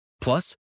Plus